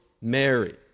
Mary